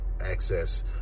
access